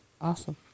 Awesome